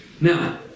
Now